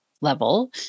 level